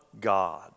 God